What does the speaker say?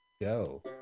Go